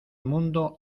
mundo